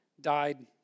died